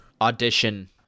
Audition